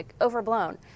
overblown